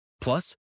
Plus